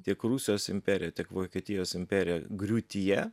tiek rusijos imperija tiek vokietijos imperija griūtyje